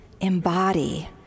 embody